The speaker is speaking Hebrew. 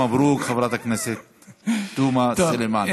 מברוכ, חברת הכנסת עאידה תומא סלימאן.